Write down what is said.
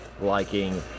liking